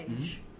age